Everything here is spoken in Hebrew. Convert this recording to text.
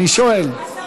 אני שואל.